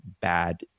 bad